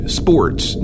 sports